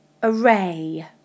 Array